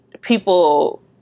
people